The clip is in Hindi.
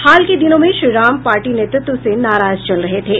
हाल के दिनों में श्री राम पार्टी नेतृत्व से नाराज चल रहे थे